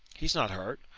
he's not hurt.